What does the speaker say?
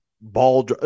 ball